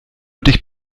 dich